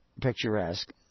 picturesque